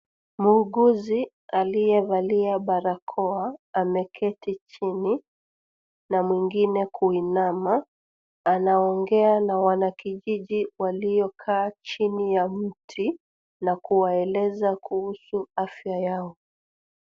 Muuguzi aliyevalia barakoa ameketi chini na mwingine kuinama, anaonge na wanakijiji waliokaa chini ya mti na kuwaeleza kuhusu afya yao.